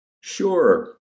Sure